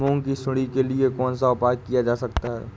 मूंग की सुंडी के लिए कौन सा उपाय किया जा सकता है?